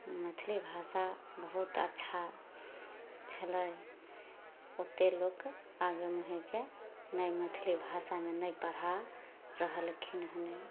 मैथिली भाषा बहुत अच्छा छलै ओते लोक आगे मुहेके नहि मैथिली भाषामे नहि पढ़ा रहलखिन हन